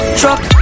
truck